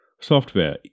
software